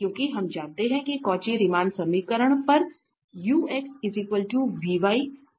क्योंकि हम जानते हैं कि कौची रीमान समीकरण पर और हैं